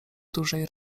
dużej